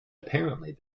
apparently